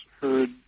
heard